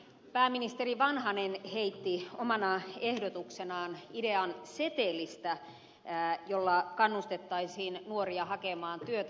pääministeri vanhanen heitti omana ehdotuksenaan idean setelistä jolla kannustettaisiin nuoria hakemaan työtä